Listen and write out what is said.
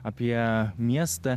apie miestą